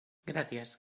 gracias